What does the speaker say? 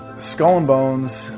skull and bones,